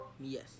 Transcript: Yes